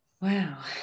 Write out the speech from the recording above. Wow